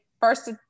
first